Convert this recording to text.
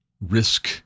risk